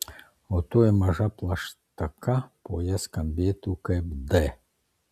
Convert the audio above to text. o toji maža plaštaka po ja skambėtų kaip d